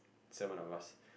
seven of us